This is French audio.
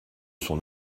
son